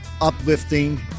uplifting